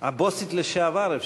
הבוסית לשעבר,